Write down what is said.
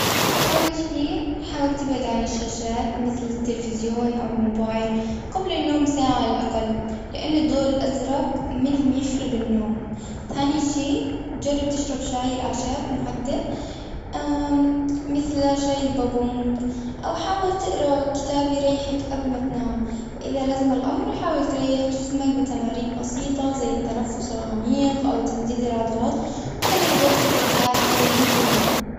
أول شي، حاول تبعد عن الشاشات، مثل التلفزيون، أو الموبايل، قبل النوم ساعة على الأقل. لأن الضوء الأزرق منهم، يخرب النوم. ثاني شيء جرب تشرب شاي الأعشاب، مهدئ، مثل شاي البابونج، أو حاول تقرأ كتاب يريحك قبل ما تنام. وإذا لزم الأمر، حاول تريح جسمك بتمارين بسيطة، زي التنفس العميق، أو تمديد العضلات، وخلي غرفتك هادية ومظلمة.